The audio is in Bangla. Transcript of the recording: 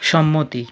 সম্মতি